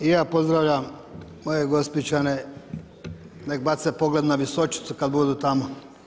I ja pozdravljam moje Gospićane, nek bace pogled na Visočicu kad budu tamo.